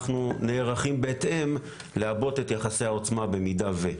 אנחנו נערכים בהתאם לעבות את יחסי העוצמה במידה ו-.